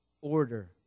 order